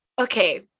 Okay